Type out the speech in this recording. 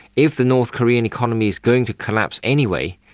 if the north korean economy is going to collapse anyway,